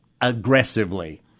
aggressively